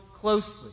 closely